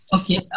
Okay